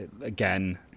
again